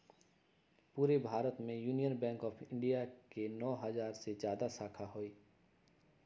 पूरे भारत में union bank of India के नौ हजार से जादा शाखा हई